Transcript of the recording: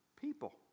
People